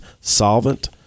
solvent